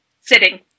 sitting